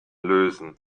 lösen